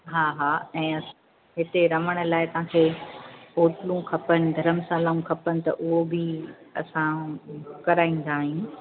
हा हा ऐं असां हिते रहण लाइ तव्हांखे होटलूं खपनि धर्मशालाऊं खपनि त उहो बि असां कराईंदा आहियूं